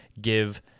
give